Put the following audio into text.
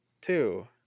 two